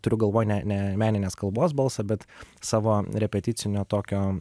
turiu galvoj ne ne meninės kalbos balsą bet savo repeticinio tokio